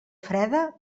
freda